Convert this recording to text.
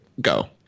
go